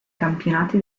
campionati